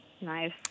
Nice